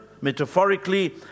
metaphorically